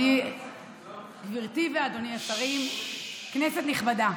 גברתי ואדוני השרים, כנסת נכבדה,